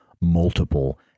multiple